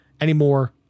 anymore